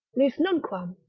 lis nunquam,